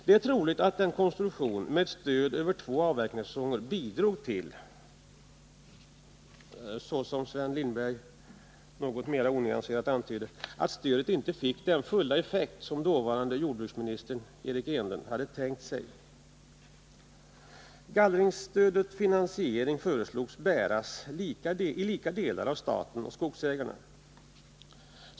Det är troligt att denna konstruktion med ett stöd över två avverkningssäsonger bidrog till — såsom Sven Lindberg något mera onyanserat antydde — att stödet inte fick den fulla effekt som dåvarande jordbruksministern Eric Enlund hade tänkt sig. Gallringsstödets finansiering föreslogs bäras till lika delar av staten och skogsägarna.